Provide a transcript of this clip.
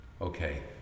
Okay